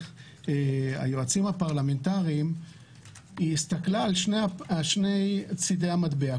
היועצים הפרלמנטריים הסתכלה על שני צדי המטבע.